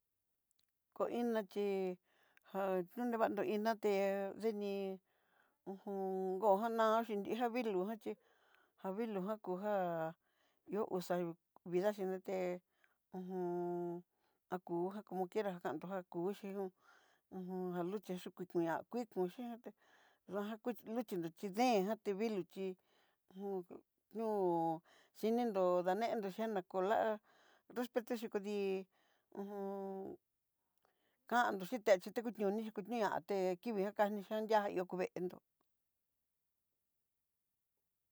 Kó iná xhí ja nrivandó iná té ndinii ujun ngó, nganaxhí nrija vilú jan xhí ja vilú jan kunjá, ihó uxa vida xhide té uju aku moquiera kando ján kuxhí ón uj jaluxhí yukú ni'a kui kuxhiáte nraja kuti luxhi nró chí deen ján ti vilú xhí ngu ño'o xhinin'nró danen'nro xhian nrako lá'a nrupeto'ó xhí kudii ho o on kandó xhínte akuñondí kuni'a, tekivii kanixhía ihá yo'o kó veendó.